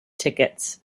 tickets